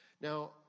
Now